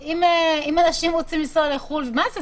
אם אנשים רוצים לנסוע לחו"ל,